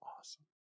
Awesome